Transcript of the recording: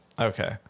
okay